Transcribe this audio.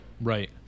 Right